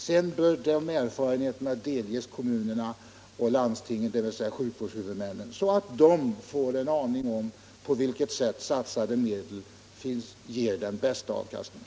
Sedan bör de erfarenheterna delges kommunerna och landstingen, dvs. sjukvårdshuvudmännen, så att de får en aning om på vilket sätt satsade medel ger den bästa avkastningen.